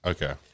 Okay